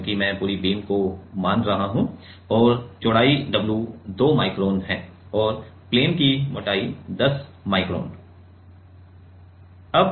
क्योंकि मैं पूरी बीम को मान रहा हूं और चौड़ाई w 2 माइक्रोन है और प्लेन की मोटाई 10 माइक्रोन है इसलिए मोटाई 10 माइक्रोन है